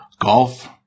Golf